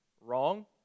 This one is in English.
wrong